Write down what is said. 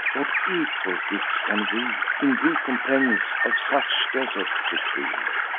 what equal gifts can we, in recompense of such desert, decree?